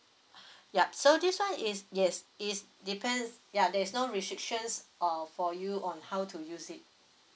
yup so this one is yes it's depends ya there is no restrictions or for you on how to use it